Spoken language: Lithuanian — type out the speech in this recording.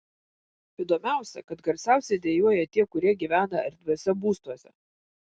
įdomiausia kad garsiausiai dejuoja tie kurie gyvena erdviuose būstuose